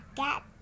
get